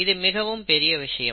இது மிகவும் பெரிய விஷயம்